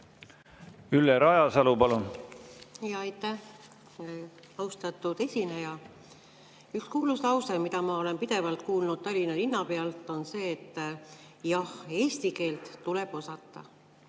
üle? Aitäh! Austatud esineja! Üks kuulus lause, mida ma olen pidevalt kuulnud Tallinna linnapealt, on see, et jah, eesti keelt tuleb osata.